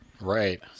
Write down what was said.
Right